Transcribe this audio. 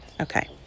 okay